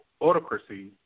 autocracy